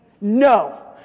No